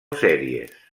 sèries